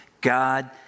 God